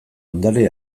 ondare